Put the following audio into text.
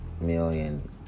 million